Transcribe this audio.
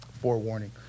forewarning